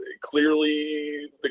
clearly